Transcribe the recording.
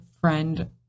friend